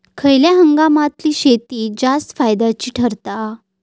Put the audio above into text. खयल्या हंगामातली शेती जास्त फायद्याची ठरता?